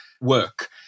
work